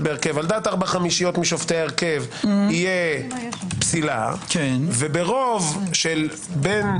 על דעת ארבע חמישיות משופטי ההרכב יהיה פסילה וברוב של בין